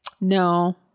No